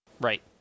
Right